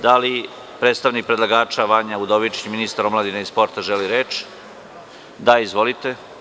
Da li predstavnik predlagača Vanja Udovičić, ministar omladine i sporta želi reč? (Da.) Izvolite.